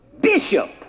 Bishop